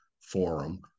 forum